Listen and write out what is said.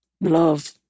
Love